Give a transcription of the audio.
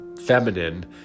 feminine